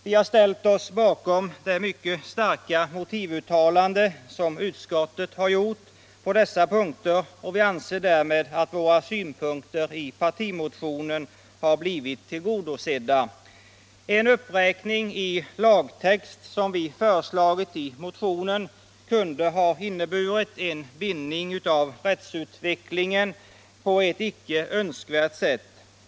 Vi har ställt oss bakom det mycket starka motivuttalande som utskottet har gjort på dessa punkter, och vi anser därmed att våra synpunkter i partimotionen har blivit tillgodosedda. En uppräkning i lagtext, som vi har föreslagit i motionen, kunde ha inneburit en bindning av rättsutvecklingen på ett icke önskvärt sätt.